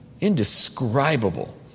indescribable